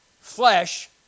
flesh